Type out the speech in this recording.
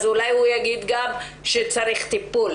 אולי הוא יגיד שצריך טיפול,